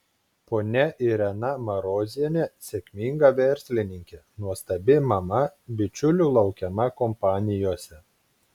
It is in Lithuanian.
ponia irena marozienė sėkminga verslininkė nuostabi mama bičiulių laukiama kompanijose